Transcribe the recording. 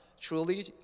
Truly